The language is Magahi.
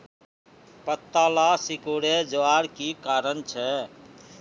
पत्ताला सिकुरे जवार की कारण छे?